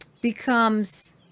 becomes